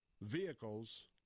vehicles